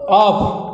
of